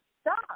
stop